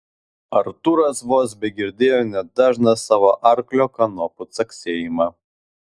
artūras vos begirdėjo net dažną savo arklio kanopų caksėjimą